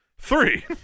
Three